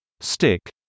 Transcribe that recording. stick